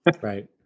Right